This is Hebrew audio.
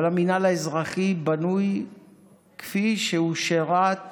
אבל המינהל האזרחי בנוי כפי שהוא, שירת